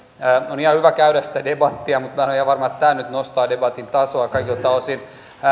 on ihan hyvä käydä sitä debattia mutta minä en ole ihan varma että tämä nyt nostaa debatin tasoa kaikilta osin